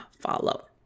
follow